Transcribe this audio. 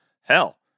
Hell